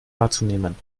wahrzunehmen